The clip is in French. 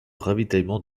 ravitaillement